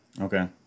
Okay